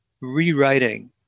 rewriting